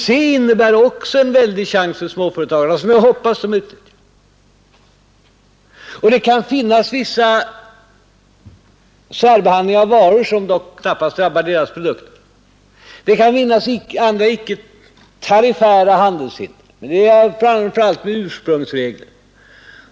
EEC innebär också en väldig chans för småföretagarna som jag hoppas att de skall utnyttja. Det kan finnas vissa särbehandlingar av varor som dock knappast drabbar deras produkter. Det kan finnas andra icke tariffära handelshinder t.ex. ursprungsregler.